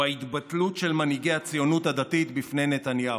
הוא ההתבטלות של מנהיגי הציונות הדתית בפני נתניהו.